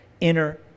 inner